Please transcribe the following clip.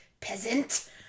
peasant